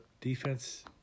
defense